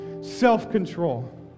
Self-control